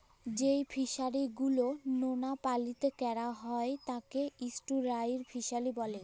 যেই ফিশারি গুলো লোলা পালিতে ক্যরা হ্যয় তাকে এস্টুয়ারই ফিসারী ব্যলে